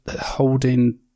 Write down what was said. holding